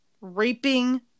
raping